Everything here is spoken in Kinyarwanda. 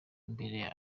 imbere